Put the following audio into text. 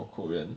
for korean